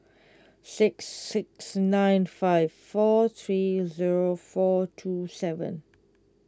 six six nine five four three zero four two seven